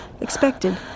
expected